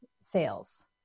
sales